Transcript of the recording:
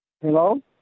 Hello